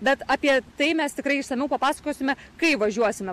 bet apie tai mes tikrai išsamiau papasakosime kai važiuosime